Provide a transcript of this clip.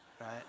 right